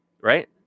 right